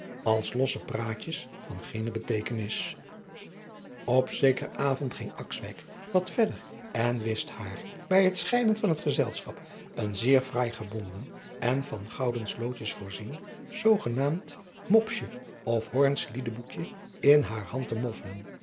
als losse praatjes van geene beteekenis op zekeren avond ging akswijk wat verder en wist haar bij het scheiden van het gezelschap een zeer fraai gebonden en van gouden slootjes voorzien zoogenaamd mopsje of hoorns liedeboekje in haar hand te moffelen